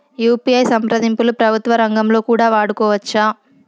UPI సంప్రదింపులు ప్రభుత్వ రంగంలో కూడా వాడుకోవచ్చా?